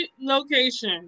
location